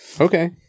okay